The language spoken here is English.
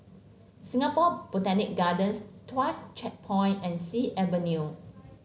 Singapore Botanic Gardens Tuas Checkpoint and Sea Avenue